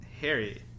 Harry